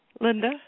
Linda